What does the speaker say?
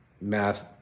math